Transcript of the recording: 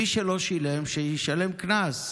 מי שלא שילם, שישלם קנס,